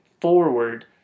forward